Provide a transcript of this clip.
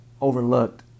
overlooked